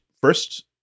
first